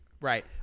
Right